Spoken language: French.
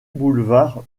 boulevard